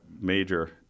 major